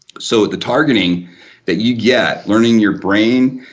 so the targeting that you get, learning your brain,